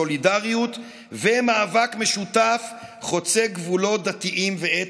סולידריות ומאבק משותף החוצה גבולות דתיים ואתניים.